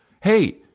Hey